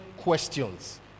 questions